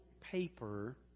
paper